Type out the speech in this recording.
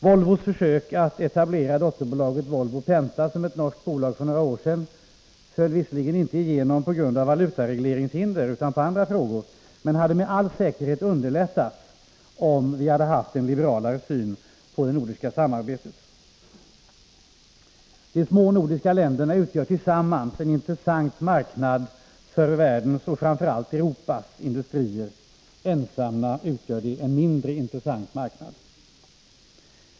Volvos försök att etablera dotterbolaget Volvo Penta som ett norskt bolag för några år sedan föll visserligen inte igenom på grund av valutaregleringshinder utan på andra frågor, men hade med all säkerhet underlättats om vi hade haft en liberalare syn på det nordiska samarbetet. De små nordiska länderna utgör tillsammans en intressant marknad för världens och framför allt Europas industrier. Ensamma utgör de en mindre intressant marknad.